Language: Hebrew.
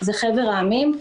זה חבר העמים.